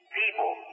people